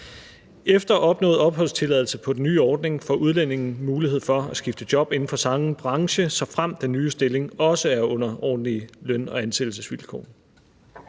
Efter opnået opholdstilladelse på den nye ordning får udlændingen mulighed for at skifte job inden for samme branche, såfremt den nye stilling også er under ordentlige løn- og ansættelsesvilkår.